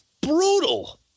brutal